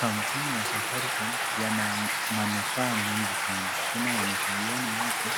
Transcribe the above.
Kampuni ya Safaricom yana manufaa mingi sana tena yanasaidiana watu